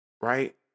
right